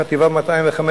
חטיבה 205,